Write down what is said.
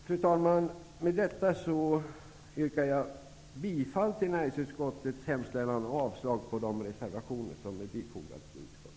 Fru talman! Med det anförda yrkar jag bifall till näringsutskottets hemställan och avslag på de reservationer som är fogade till betänkandet.